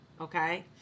okay